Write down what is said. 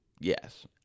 Yes